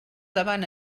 davant